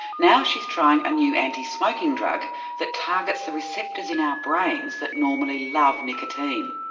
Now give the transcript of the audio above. now she's trying a new anti-smoking drug that targets the receptors in our brains that normally love nicotine.